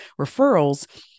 referrals